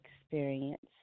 experience